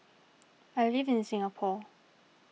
I live in Singapore